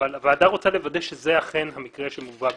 אבל הוועדה רוצה לוודא שזה אכן המקרה שמובא בפניה.